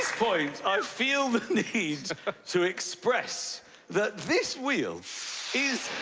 point i feel the need to express that this wheel is